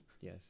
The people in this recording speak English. Yes